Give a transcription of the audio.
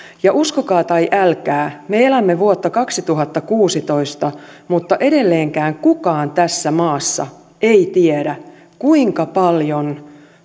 ja uskokaa tai älkää me elämme vuotta kaksituhattakuusitoista mutta edelleenkään kukaan tässä maassa ei tiedä kuinka paljon